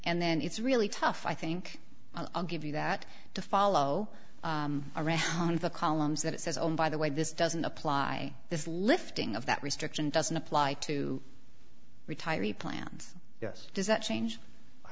and then it's really tough i think i'll give you that to follow around the columns that it says on by the way this doesn't apply this lifting of that restriction doesn't apply to retiree plans yes does that change i